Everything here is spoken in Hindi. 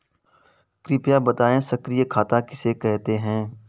कृपया बताएँ सक्रिय खाता किसे कहते हैं?